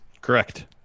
Correct